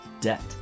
debt